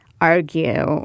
argue